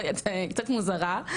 קצת מוזרה,